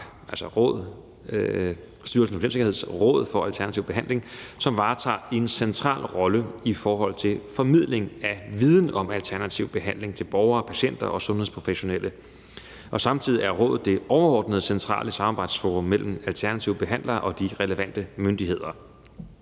det er det, der så hedder SRAB, og som varetager en central rolle i forhold til formidling af viden om alternativ behandling til borgere og patienter og sundhedsprofessionelle. Samtidig er rådet det overordnede centrale samarbejdsforum mellem alternative behandlere og de relevante myndigheder.